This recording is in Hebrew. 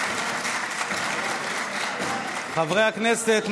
חברי הכנסת,